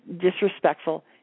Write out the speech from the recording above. disrespectful